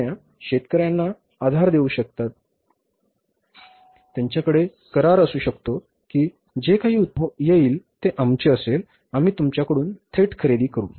कंपन्या शेतकऱ्या यांना आधार देऊ शकतात त्यांच्याकडे करार असू शकतो की जे काही उत्पादन येईल ते आमचे असेल आम्ही तुमच्याकडून थेट खरेदी करू